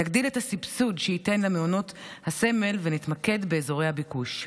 נגדיל את הסבסוד שיינתן למעונות הסמל ונתמקד באזורי הביקוש.